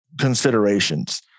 considerations